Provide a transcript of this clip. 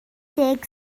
deg